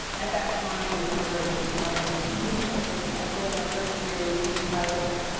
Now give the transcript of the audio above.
at that time was not ready to be writing in film and television. i sold my first two tv pilots.